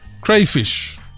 Crayfish